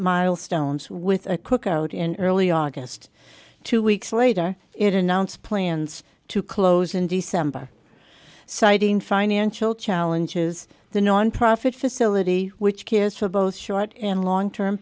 milestone with a cookout in early august two weeks later it announced plans to close in december citing financial challenges the nonprofit facility which cares for both short and long term